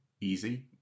easy